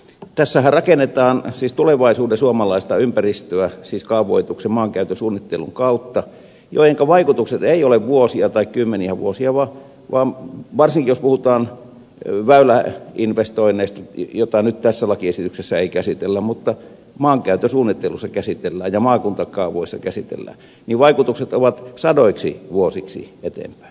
tässähän rakennetaan siis tulevaisuuden suomalaista ympäristöä siis kaavoituksen maankäytön suunnittelun kautta joidenka vaikutukset eivät ole vuosia tai kymmeniä vuosia vaan varsinkin jos puhutaan väyläinvestoinneista joita nyt tässä lakiesityksessä ei käsitellä mutta maankäytön suunnittelussa käsitellään ja maakuntakaavoissa käsitellään vaikutukset ovat sadoiksi vuosiksi eteenpäin